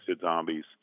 Zombies